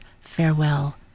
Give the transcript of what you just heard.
farewell